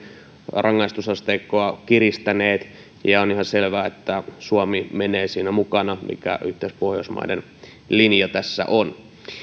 rangaistusasteikkoa kiristäneet ja on ihan selvää että suomi menee siinä mukana mikä yhteispohjoismainen linja tässä on